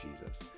Jesus